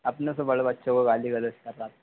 अपने से बड़े बच्चों को गाली गलौज़ कर रहा था